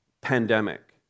pandemic